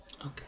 Okay